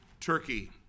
Turkey